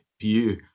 view